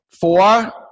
four